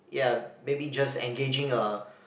ya maybe just engaging a